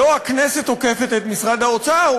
לא הכנסת עוקפת את משרד האוצר,